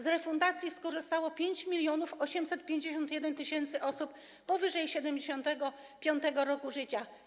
Z refundacji skorzystało 5851 tys. osób powyżej 75. roku życia.